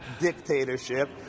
dictatorship